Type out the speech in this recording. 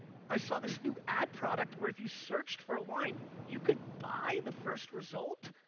i saw this new ad product where if you searched for a wine you could buy the first result,